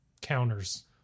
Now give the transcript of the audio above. counters